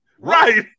Right